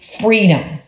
freedom